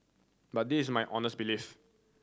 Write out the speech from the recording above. but this is my honest belief